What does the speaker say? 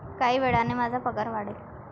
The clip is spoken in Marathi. काही वेळाने माझा पगार वाढेल